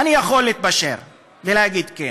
אני יכול להתפשר ולהגיד כן.